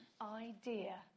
idea